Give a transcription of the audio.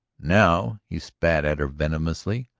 now, he spat at her venomously,